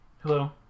Hello